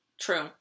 True